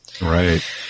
Right